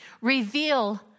reveal